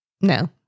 no